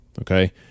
Okay